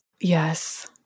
Yes